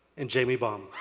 and jamie baum.